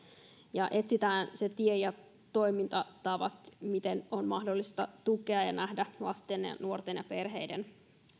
ja etsitään se tie ja toimintatavat miten on mahdollista tukea ja nähdä lasten nuorten ja perheiden